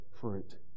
fruit